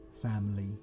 family